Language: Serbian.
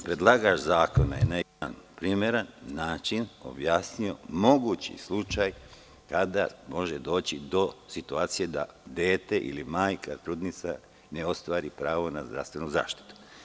Predlagač zakona je nekad primeran način objasnio mogući slučaj kada može doći do situacije da dete ili majka trudnica ne ostvari pravo na zdravstvenu zaštitu.